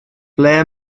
ble